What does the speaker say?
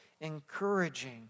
Encouraging